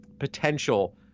potential